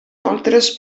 altres